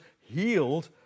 healed